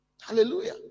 Hallelujah